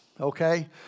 Okay